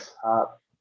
Top